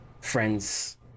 friends